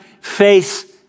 face